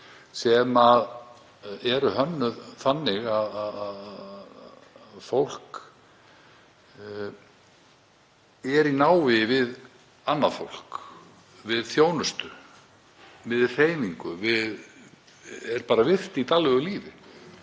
sem eru hönnuð þannig að fólk er í návígi við annað fólk, við þjónustu, við hreyfingu, er bara virkt í daglegu lífi.